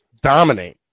Dominate